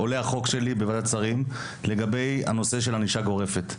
עולה החוק שלי בוועדת שרים לגבי הנושא של ענישה גורפת.